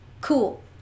Cool